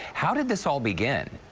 how did this all begin?